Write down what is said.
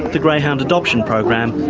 the greyhound adoption program,